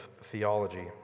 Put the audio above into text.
theology